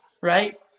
Right